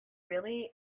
really